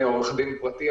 אני עורך-דין פרטי,